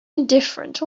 indifferent